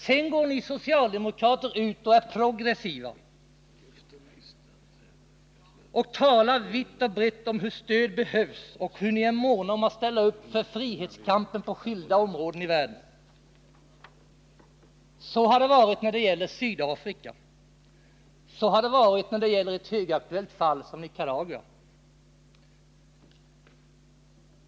Sedan går ni socialdemokrater ut och är progressiva och talar vitt och brett om hur stöd behövs och hur ni är måna om att ställa upp för frihetskampen i skilda delar av världen. Så har det varit när det gäller Sydafrika, så har det varit när det gäller ett högaktuellt fall som Nicaragua.